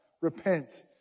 Repent